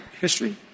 history